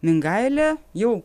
mingailė jau